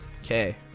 okay